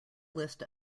list